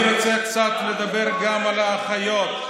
אני רוצה לדבר קצת על האחיות.